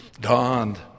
dawned